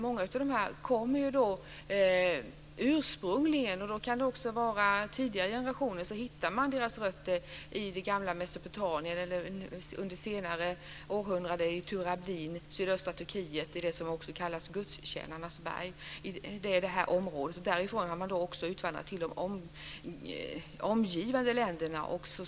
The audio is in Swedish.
Många av dessa invandrare har sina rötter i det gamla Mesopotamien eller under senare århundraden i Turabin i sydöstra Turkiet, det som också kallas Gudstjänarnas berg. Därifrån har man utvandrat till de omgivande länderna.